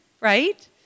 right